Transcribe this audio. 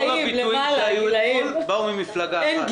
כל הביטויים שהיו אתמול באו ממפלגה אחת.